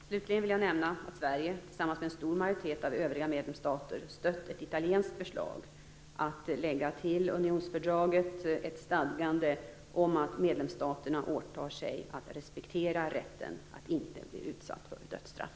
Slutligen vill jag nämna att Sverige, tillsammans med en stor majoritet av övriga medlemsstater, stött ett italienskt förslag att lägga till unionsfördraget ett stadgande om att medlemsstaterna åtar sig att respektera rätten att inte bli utsatt för dödsstraff.